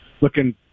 looking